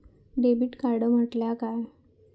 Debit card म्हटल्या काय?